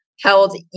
held